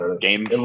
game